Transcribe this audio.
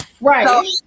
Right